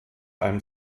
einem